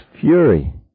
fury